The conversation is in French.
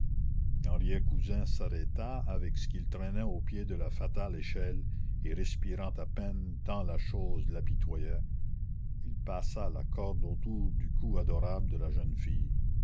henriet cousin s'arrêta avec ce qu'il traînait au pied de la fatale échelle et respirant à peine tant la chose l'apitoyait il passa la corde autour du cou adorable de la jeune fille